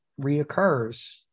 reoccurs